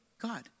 God